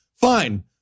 fine